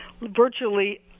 virtually